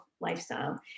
lifestyle